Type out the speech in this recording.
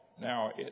now